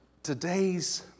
Today's